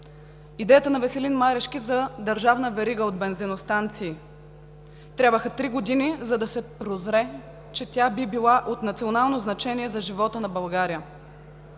идеята на Веселин Марешки за държавна верига от бензиностанции – трябваха три години, за да се прозре, че тя би била от национално значение за живота на България.